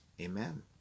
Amen